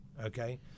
Okay